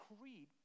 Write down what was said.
creed